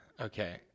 Okay